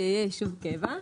במחנה זמני שיהיה יישוב קבע.